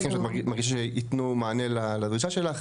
דברים נוספים שאת מרגישה שיתנו מענה לדרישה שלך.